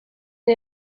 dei